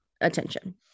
attention